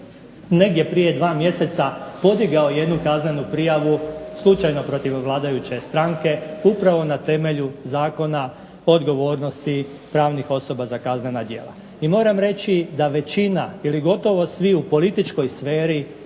negdje prije 2 mjeseca podigao jednu kaznenu prijavu slučajno protiv vladajuće stranke, upravo na temelju Zakona o odgovornosti pravnih osoba za kaznena djela, i moram reći da većina ili gotovo svi u političkoj sferi